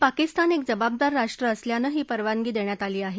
पाकिस्तान एक जबाबदार राष्ट्र असल्यानं ही परवानगी देण्यात आली आहे